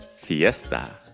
Fiesta